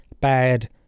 bad